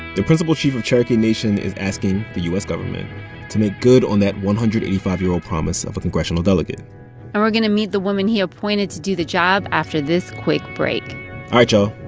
the principal chief of cherokee nation is asking the u s. government to make good on that one hundred and eighty five year old promise of a congressional delegate and we're going to meet the woman he appointed to do the job after this quick break all right, y'all.